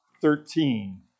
thirteen